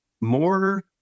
more